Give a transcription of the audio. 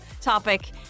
topic